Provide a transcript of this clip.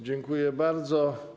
Dziękuję bardzo.